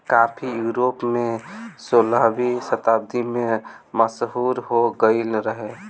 काफी यूरोप में सोलहवीं शताब्दी में मशहूर हो गईल रहे